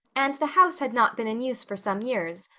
and the house had not been in use for some years,